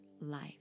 life